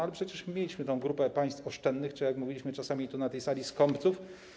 Ale przecież mieliśmy grupę państw oszczędnych czy, jak mówiliśmy czasami tu, na tej sali, skąpców.